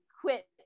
quit